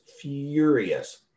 furious